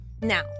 Now